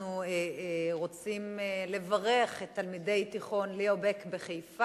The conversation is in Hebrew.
אנחנו רוצים לברך את תלמידי תיכון "ליאו בק" בחיפה,